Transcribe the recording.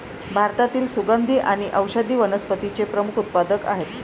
भारतातील सुगंधी आणि औषधी वनस्पतींचे प्रमुख उत्पादक आहेत